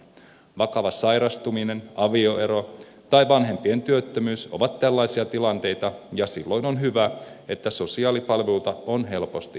vakava sairastuminen avioero tai vanhempien työttömyys ovat tällaisia tilanteita ja silloin on hyvä että sosiaalipalveluita on helposti saatavilla